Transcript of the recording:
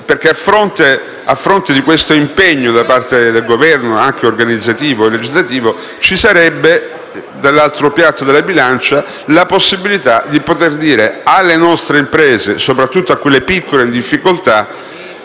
A fronte di quest'impegno da parte del Governo, anche organizzativo e legislativo, ci sarebbe, sull'altro piatto della bilancia, la possibilità di dire alle nostre imprese, soprattutto a quelle piccole e in difficoltà,